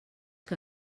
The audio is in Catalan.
que